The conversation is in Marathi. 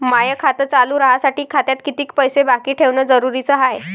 माय खातं चालू राहासाठी खात्यात कितीक पैसे बाकी ठेवणं जरुरीच हाय?